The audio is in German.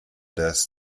des